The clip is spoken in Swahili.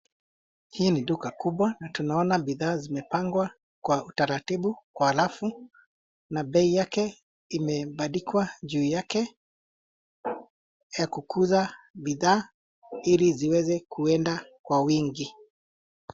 Hii ni duka kubwa na tunaona bidhaa zimepangwa kwa utaratibu kwa rafu na bei yake imebandikwa juu yake yakukuza bidhaa ili ziweze kuenda kwa wingi.